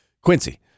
Quincy